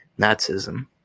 Nazism